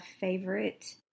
favorite